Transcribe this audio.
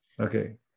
Okay